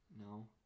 No